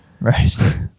Right